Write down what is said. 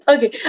Okay